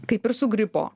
kaip ir su gripo